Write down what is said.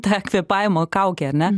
tą kvėpavimo kaukę ar ne